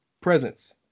Presence